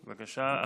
בבקשה.